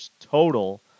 total